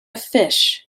fish